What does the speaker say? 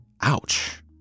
Ouch